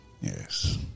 Yes